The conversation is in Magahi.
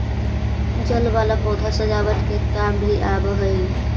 जल वाला पौधा सजावट के काम भी आवऽ हई